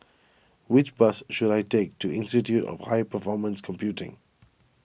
which bus should I take to Institute of High Performance Computing